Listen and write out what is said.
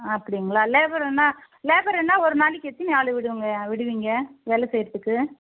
அப்படிங்களா லேபர் என்ன லேபர் என்ன ஒரு நாளைக்கு எத்தினி ஆள் விடுவீங்க விடுவீங்க வேலை செய்றத்துக்கு